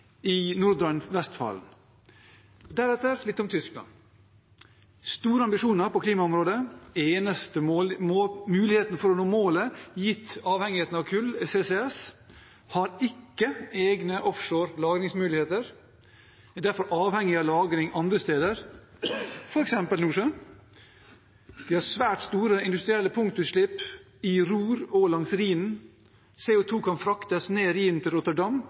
i Nordrhein-Westfalen. Deretter litt om Tyskland. De har store ambisjoner på klimaområdet. Den eneste muligheten for å nå målet, gitt avhengigheten av kull, er CCS. De har ikke egne offshore lagringsmuligheter og er derfor avhengig av lagring andre steder, f.eks. i Nordsjøen. De har svært store industrielle punktutslipp i Ruhr og langs Rhinen. CO 2 kan fraktes ned